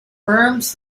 firms